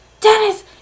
Dennis